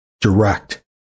Direct